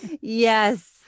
Yes